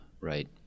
Right